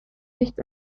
nichts